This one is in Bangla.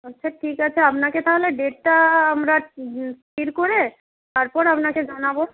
আচ্ছা ঠিক আছে আপনাকে তাহলে ডেটটা আমরা স্থির করে তারপর আপনাকে জানাব